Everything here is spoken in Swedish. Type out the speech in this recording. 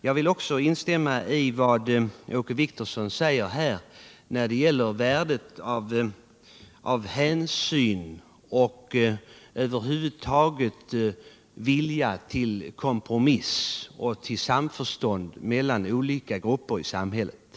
Jag vill också instämma i vad Åke Wictorsson säger om värdet av hänsyn och över huvud taget viljan till kompromiss och samförstånd mellan olika grupper i samhället.